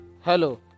Hello